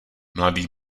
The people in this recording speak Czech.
mladý